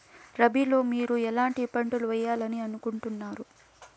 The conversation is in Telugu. రబిలో మీరు ఎట్లాంటి పంటలు వేయాలి అనుకుంటున్నారు?